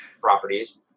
properties